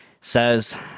Says